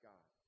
God